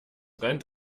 rennt